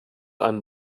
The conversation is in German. einem